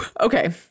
Okay